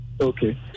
Okay